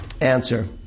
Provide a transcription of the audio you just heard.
Answer